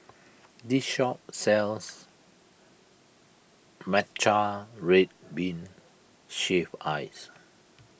this shop sells Matcha Red Bean Shaved Ice